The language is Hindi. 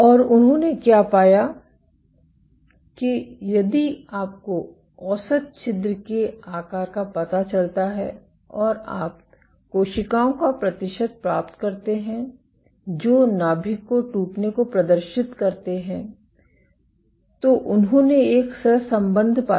और उन्होंने क्या पाया कि यदि आपको औसत छिद्र के आकार का पता चलता है और आप कोशिकाओं का प्रतिशत प्राप्त करते हैं जो नाभिक को टूटने को प्रदर्शित करते हैं तो उन्होंने एक सह संबंध पाया